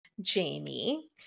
Jamie